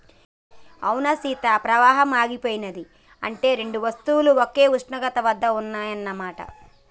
అవునా సీత పవాహం ఆగిపోయినది అంటే రెండు వస్తువులు ఒకే ఉష్ణోగ్రత వద్ద ఉన్నాయన్న మాట